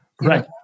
right